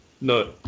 no